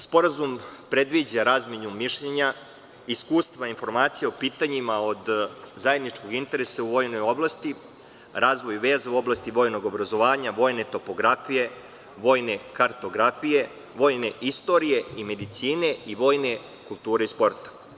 Sporazum predviđa razmenu mišljenja, iskustva i informacije o pitanjima od zajedničkog interesa u vojnoj oblasti, razvoj veza u oblasti vojnog obrazovanja, vojne topografije, vojne kartografije, vojne istorije i medicine i vojne kulture i sporta.